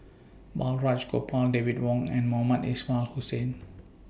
Balraj Gopal David Wong and Mohamed Ismail Hussain